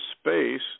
space